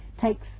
takes